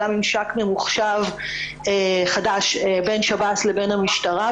עלה ממשק ממוחשב חדש בין שב"ס לבין המשטרה,